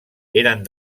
eren